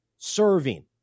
serving